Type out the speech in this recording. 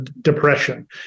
depression